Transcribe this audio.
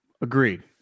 Agreed